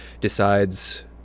decides